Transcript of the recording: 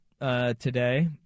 Today